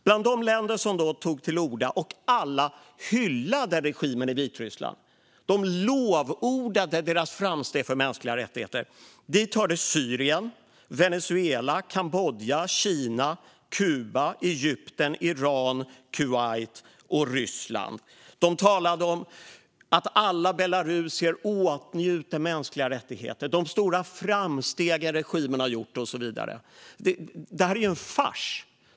Bland de länder som då tog till orda, hyllade regimen i Belarus och lovordade Belarus framsteg för mänskliga rättigheter var Syrien, Venezuela, Kambodja, Kina, Kuba, Egypten, Iran, Kuwait och Ryssland. De talade om att alla belarusier åtnjuter mänskliga rättigheter och att regimen har gjort stora framsteg och så vidare. Detta är en fars.